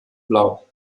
blau